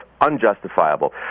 unjustifiable